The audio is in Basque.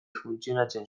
funtzionatzen